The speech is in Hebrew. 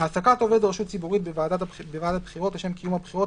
העסקת עובד רשות ציבורית בוועדת בחירות לשם קיום הבחירות